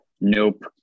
Nope